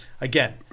again